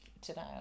today